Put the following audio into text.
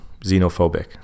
xenophobic